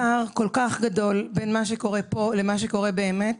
הפער כל כך גדול בין כל מה שקורה פה לבין מה שקורה באמת,